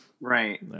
right